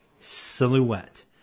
silhouette